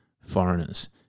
foreigners